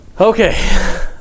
Okay